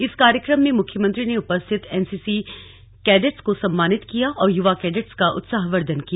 इस कार्यक्रम में मुख्यमंत्री ने उपस्थित एनसीसी कैंडेट्स को सम्मानित किया और युवा कैंडेट्स का उत्साहवर्द्धन किया